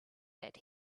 that